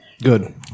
Good